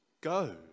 Go